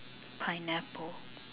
pineapple